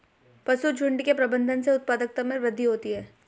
पशुझुण्ड के प्रबंधन से उत्पादकता में वृद्धि होती है